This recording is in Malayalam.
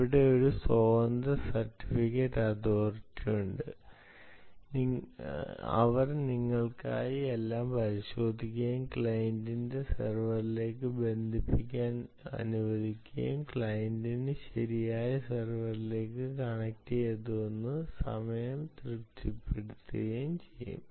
ഇവിടെ ഒരു സ്വതന്ത്ര സർട്ടിഫിക്കറ്റ് അതോറിറ്റി ഉണ്ട് അവർ നിങ്ങൾക്കായി എല്ലാം പരിശോധിക്കുകയും ക്ലയന്റിനെ സെർവറിലേക്ക് ബന്ധിപ്പിക്കാൻ അനുവദിക്കുകയും ക്ലയന്റിന് ശരിയായ സെർവറിലേക്ക് കണക്റ്റുചെയ്യുന്നുവെന്ന് സ്വയം തൃപ്തിപ്പെടുത്തുകയും ചെയ്യും